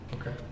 Okay